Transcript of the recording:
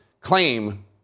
claim